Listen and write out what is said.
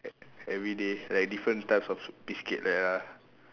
e~ everyday like different types of biscuit like that ah